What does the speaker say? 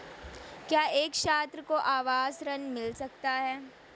क्या एक छात्र को आवास ऋण मिल सकता है?